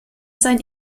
sein